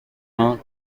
vingt